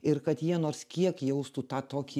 ir kad jie nors kiek jaustų tą tokį